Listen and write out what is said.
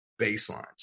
baselines